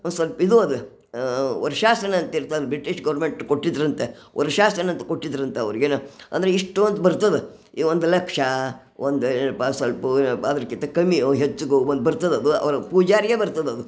ಒಂದು ಸೊಲ್ಪ ಇದು ಅದು ಅಂತಿರ್ತದು ಬ್ರಿಟಿಷ್ ಗೌರ್ಮೆಂಟ್ ಕೊಟ್ಟಿದ್ದರಂತೆ ಕೊಟ್ಟಿದ್ದರಂತೆ ಅವರಿಗೇನು ಅಂದರೆ ಇಷ್ಟೋಂದು ಬರ್ತದ ಈಗ ಒಂದು ಲಕ್ಷ ಒಂದು ಎರಡು ಅದ್ರಕ್ಕಿಂತ ಕಮ್ಮಿಯೋ ಹೆಚ್ಚಿಗೋ ಒಂದು ಬರ್ತದದು ಅವರ ಪೂಜಾರಿಗೆ ಬರ್ತದದು